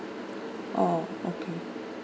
oh okay